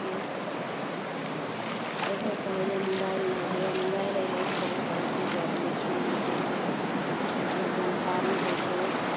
एहिसे पहिले मोबाइल नहि रहै आओर मोबाइल अएलै तऽ बहुत तरहके गप लोक सुनै छै मतलब जानकारी होइ छै